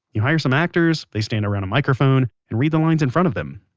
you hire some actors, they stand around a microphone, and read the lines in front of them.